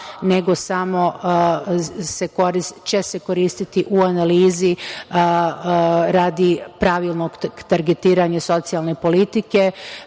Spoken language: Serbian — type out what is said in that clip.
nego samo će se koristiti u analizi radi pravilnog targetiranja socijalne politike. Pre